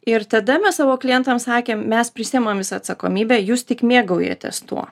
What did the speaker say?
ir tada mes savo klientams sakėm mes prisiimam atsakomybę jūs tik mėgaujatės tuo